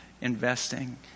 investing